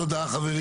תודה, חברים.